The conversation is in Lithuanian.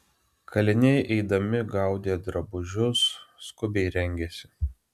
kaliniai eidami gaudė drabužius skubiai rengėsi